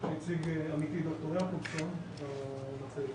שהציג עמיתי ד"ר יעקובסון במצגת.